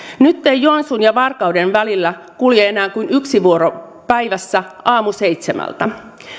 nyt ei joensuun ja varkauden välillä kulje enää kuin yksi vuoro päivässä aamuseitsemältä